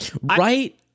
right